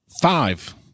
five